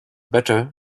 better